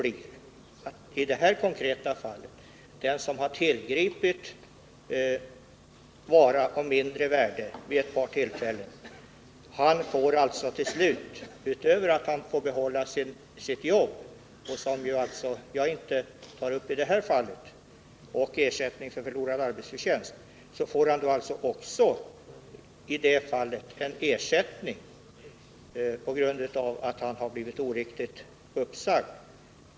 Resultatet i det här konkreta fallet blir alltså följande: Den som vid ett par tillfällen har tillgripit en vara av mindre värde får behålla sitt jobb — en fråga som jag inte går in på i det här sammanhanget — och får ersättning för förlorad arbetsförtjänst, en ersättning på grund av att han blivit oriktigt uppsagd.